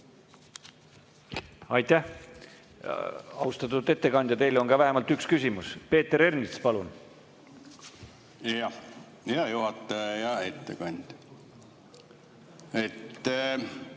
Aitäh, austatud ettekandja! Teile on ka vähemalt üks küsimus. Peeter Ernits, palun! Hea juhataja! Hea ettekandja!